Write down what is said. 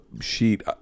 sheet